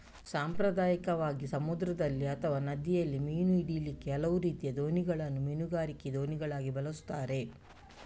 ಸಾಂಪ್ರದಾಯಿಕವಾಗಿ ಸಮುದ್ರದಲ್ಲಿ ಅಥವಾ ನದಿಯಲ್ಲಿ ಮೀನು ಹಿಡೀಲಿಕ್ಕೆ ಹಲವು ರೀತಿಯ ದೋಣಿಗಳನ್ನ ಮೀನುಗಾರಿಕೆ ದೋಣಿಗಳಾಗಿ ಬಳಸ್ತಾರೆ